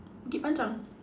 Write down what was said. Bukit-Panjang